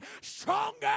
stronger